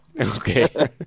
Okay